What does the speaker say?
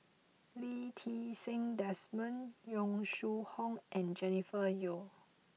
Lee Ti Seng Desmond Yong Shu Hoong and Jennifer Yeo